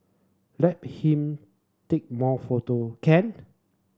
let him take more photo can